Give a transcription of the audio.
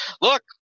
look